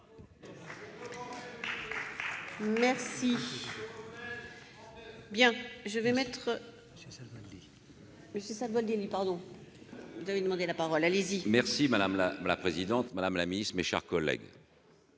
Masson. Madame la présidente, madame la ministre, mes chers collègues,